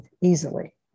easily